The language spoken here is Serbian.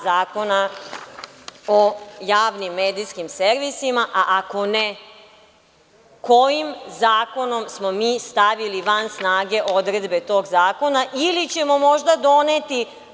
Zakona o javnim medijskim servisima, a ako ne, kojim zakonom smo mi stavili van snage odredbe tog zakona ili ćemo možda doneti?